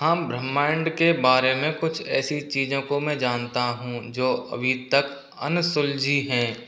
हाँ ब्रह्माण्ड के बारे में कुछ ऐसी चीज़ो को मैं जानता हूँ जो अभी तक अनसुलझी हैं